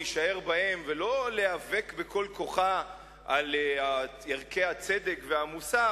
להישאר בהן ולא להיאבק בכל כוחה על ערכי הצדק והמוסר,